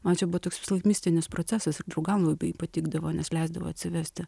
man čia buvo toks mistinis procesas ir draugam labai patikdavo nes leisdavo atsivesti